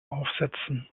aufsetzen